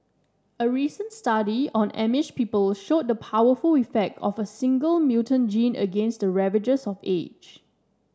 a recent study on Amish people showed the powerful effect of a single mutant gene against the ravages of age